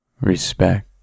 respect